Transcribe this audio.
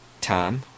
tom